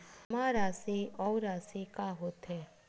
जमा राशि अउ राशि का होथे?